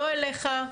לא אליך.